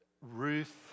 Ruth